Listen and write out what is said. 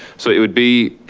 so it would be